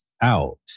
out